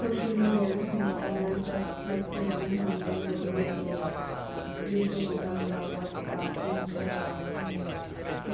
social मेडियानो होन बा अनलाइन प्लेटफर्मानो होननानै बुं जेरै इउटुब इउटुब हमनानै ला हवाट्सआप इन्स्टाग्राम